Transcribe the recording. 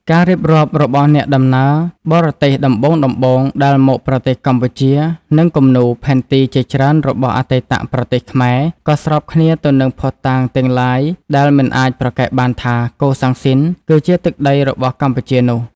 ការរៀបរាប់របស់អ្នកដំណើរបរទេសដំបូងៗដែលមកប្រទេសកម្ពុជា និងគំនូរ ផែនទីជាច្រើនរបស់អតីតប្រទេសខ្មែរ ក៏ស្របគ្នាទៅនឹងភស្តុតាងទាំងឡាយដែលមិនអាចប្រកែកបានថា កូសាំងស៊ីន គឺជាទឹកដីរបស់កម្ពុជានោះ ។